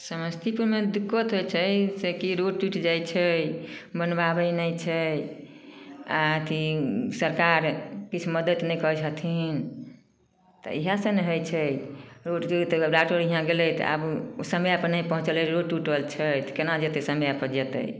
समस्तीपुरमे दिक्कत होइ छै से कि रोड टुटि जाइ छै बनबाबै नहि छै आ अथी सरकार किछु मदद नहि करै छथिन तऽ इएह सब ने होइ छै रोड जे आब डॉक्टर यहाँ गेलै तऽ आब ओ समय पर नहि पहुँचलै रोड टुटल छै तऽ केना जेतै समय पर जेतै